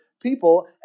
people